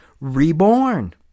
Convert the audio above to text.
reborn